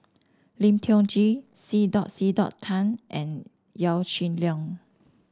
Lim Tiong Ghee C dot C dot Tan and Yaw Shin Leong